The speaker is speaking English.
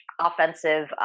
offensive